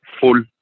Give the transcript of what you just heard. full